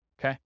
Okay